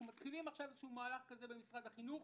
אנחנו מתחילים עכשיו מהלך כזה במשרד החינוך,